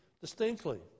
distinctly